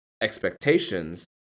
expectations